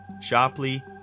sharply